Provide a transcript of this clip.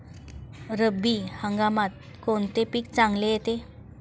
रब्बी हंगामात कोणते पीक चांगले येते?